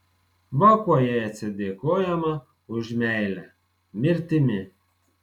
va kuo jai atsidėkojama už meilę mirtimi